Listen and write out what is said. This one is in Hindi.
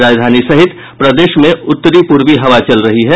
राजधानी सहित प्रदेश में उत्तरी पूर्वी हवा चल रही है